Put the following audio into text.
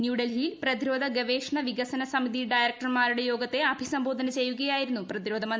ന്യൂഡൽഹിയിൽ പ്രതിരോധ ഗവേഷണ വികസന സമിതി ഡയറക്ടർമാരുടെ യോഗത്തെ അഭിസംബോധന ചെയ്യുകയായിരുന്നു പ്രതിരോധ മന്ത്രി